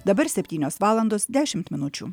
dabar septynios valandos dešimt minučių